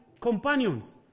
companions